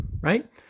right